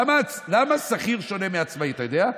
למה שכיר שונה מעצמאי, אתה יודע?